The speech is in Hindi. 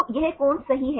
तो यह कोण सही है